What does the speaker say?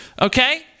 okay